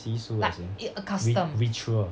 习俗 as in ri~ ritual